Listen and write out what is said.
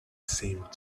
seemed